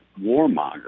warmonger